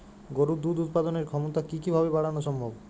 গরুর দুধ উৎপাদনের ক্ষমতা কি কি ভাবে বাড়ানো সম্ভব?